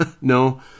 No